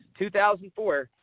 2004